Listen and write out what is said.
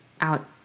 out